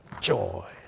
Joy